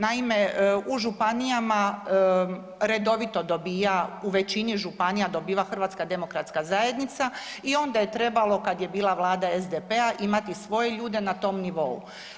Naime, u županijama redovito dobija u većini županija dobiva HDZ i onda je trebalo, kad je bila Vlada SDP-a imati svoje ljude na tom nivou.